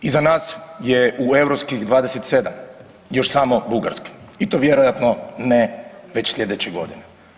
Iza nas je u europskih 27 još samo Bugarska i to vjerojatno ne već slijedeće godine.